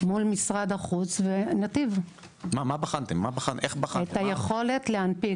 מול משרד החוץ ונתיב את היכולת להנפיק